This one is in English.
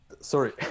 sorry